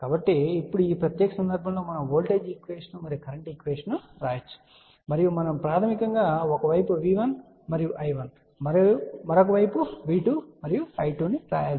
కాబట్టి ఇప్పుడు ఈ ప్రత్యేక సందర్భంలో మనం ఓల్టేజ్ ఈక్వేషన్ మరియు కరెంట్ ఈక్వేషన్ వ్రాయగలము మరియు మనం ప్రాథమికంగా ఒక వైపు V1 మరియు I1 మరియు మరొక వైపు V2 మరియు I2 ను వ్రాయవలసి ఉందని గుర్తుంచుకోవాలి